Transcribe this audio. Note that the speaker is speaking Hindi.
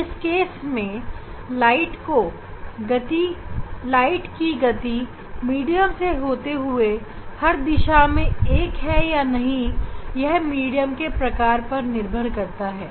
इस केस में प्रकाश की गति मीडियम से होते हुए हर दिशा में एक है या नहीं यह मीडियम के प्रकार पर निर्भर करेगा